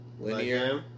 linear